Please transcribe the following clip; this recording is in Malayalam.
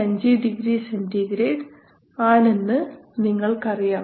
5 ഡിഗ്രി സെൻറിഗ്രേഡ് ആണെന്ന് നിങ്ങൾക്കറിയാം